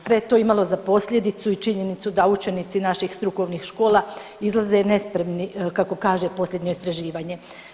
Sve je to imalo za posljedicu i činjenicu da učenici naših strukovnih škola izlaze nespremni kako kaže posljednje istraživanje.